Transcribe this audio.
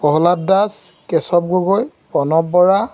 Prahlad Das Keshab Gogoi Pranab Bora